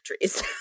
trees